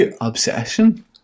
obsession